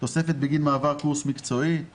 תוספת בגין מעבר קורס מקצועי,